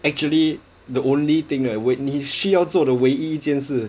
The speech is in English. actually the only thing that when 你需要做的唯一一件事